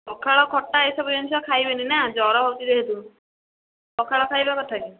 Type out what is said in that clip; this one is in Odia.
ପଖାଳ ଖଟା ଏସବୁ ଜିନିଷ ଖାଇବେନି ନା ଜ୍ଵର ହେଉଛି ଯେହେତୁ ପଖାଳ ଖାଇବା କଥା କି